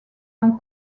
non